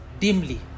dimly